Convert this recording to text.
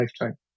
lifetime